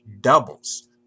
doubles